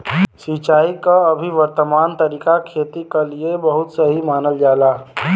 सिंचाई क अभी वर्तमान तरीका खेती क लिए बहुत सही मानल जाला